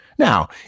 Now